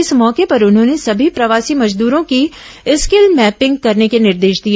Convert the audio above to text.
इस मौके पर उन्होंने समी प्रवासी मजदरों की स्किल मैपिंग करने के निर्देश दिए